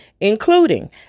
including